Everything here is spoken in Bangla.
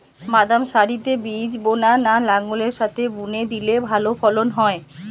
বাদাম সারিতে বীজ বোনা না লাঙ্গলের সাথে বুনে দিলে ভালো ফলন হয়?